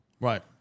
Right